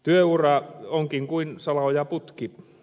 työura onkin kuin salaojaputki